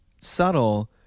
subtle